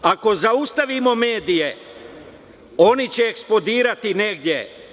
Ako zaustavimo medije, oni će eksplodirati negde.